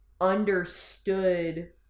understood